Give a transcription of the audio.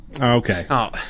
Okay